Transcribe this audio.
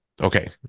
Okay